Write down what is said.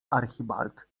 archibald